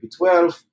B12